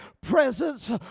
presence